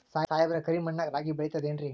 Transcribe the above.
ಸಾಹೇಬ್ರ, ಕರಿ ಮಣ್ ನಾಗ ರಾಗಿ ಬೆಳಿತದೇನ್ರಿ?